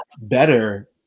better